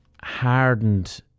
hardened